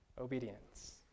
obedience